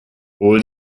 holt